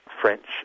French